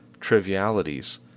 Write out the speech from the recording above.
trivialities